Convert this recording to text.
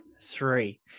Three